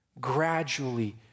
gradually